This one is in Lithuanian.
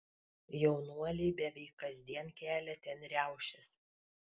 jaunuoliai beveik kasdien kelia ten riaušes